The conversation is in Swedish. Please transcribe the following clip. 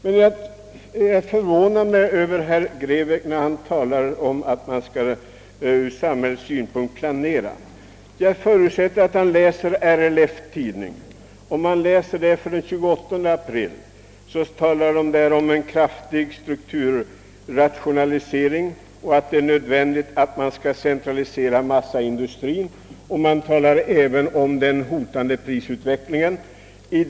Jag förvånar mig emellertid över att herr Grebäck här talar om en planering ur hela samhällets synpunkt. Jag förutsätter att han läser RLF:s tidning. I numret för den 28 april understrykes behovet av en kraftig strukturrationalisering inom skogsindustrien och centralisering av industrierna. Man talar även om den hotande prisutvecklingen.